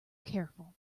careful